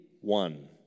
one